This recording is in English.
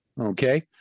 Okay